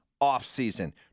off-season